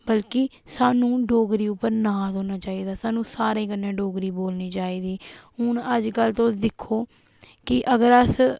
बल्कि सानू डोगरी उप्पर नाज़ होना चाहिदा सानू सारें कन्नै डोगरी बोलनी चाहिदी हून अज्जकल तुस दिक्खो कि अगर अस